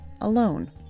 alone